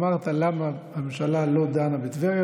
אמרת: למה הממשלה לא דנה בטבריה,